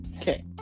okay